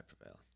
prevail